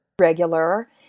regular